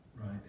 right